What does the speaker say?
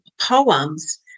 poems